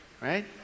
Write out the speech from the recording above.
right